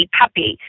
puppy